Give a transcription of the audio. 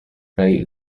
kaj